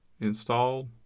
installed